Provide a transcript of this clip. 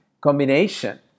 combination